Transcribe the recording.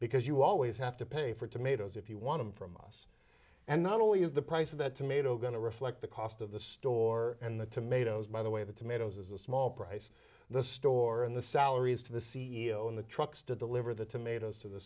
because you always have to pay for tomatoes if you want to from us and not only is the price of that tomato going to reflect the cost of the store and the tomatoes by the way the tomatoes a small price the store and the salaries to the c e o and the trucks to deliver the tomatoes to the